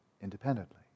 independently